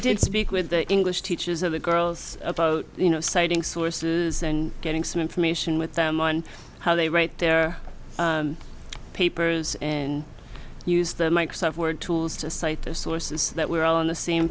did speak with the english teachers or the girls about you know citing sources and getting some information with them on how they write their papers and use their microsoft word tools to cite their sources that we're on the same